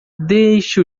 deixe